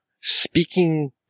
speaking